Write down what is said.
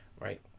right